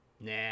nah